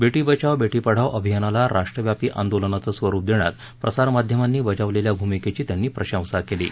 बेटी बचाओ बेटी पढाओ अभियानाला राष्ट्रव्यापी आंदोलनाचं स्वरुप देण्यात प्रसार माध्यमानी बजावलेल्या भूमिकेची त्यांनी प्रशंसा केली आहे